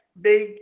big